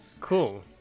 cool